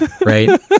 right